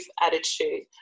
attitude